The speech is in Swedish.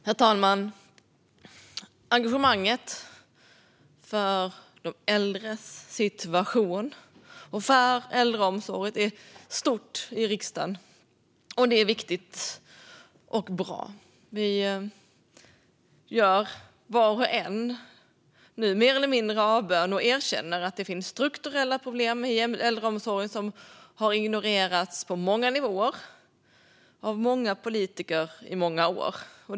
Herr talman! Engagemanget för de äldres situation och för äldreomsorg är stort i riksdagen, och det är viktigt och bra. Vi gör nu var och en mer eller mindre avbön och erkänner att det finns strukturella problem i äldreomsorgen som har ignorerats på många nivåer, av många politiker och under många år.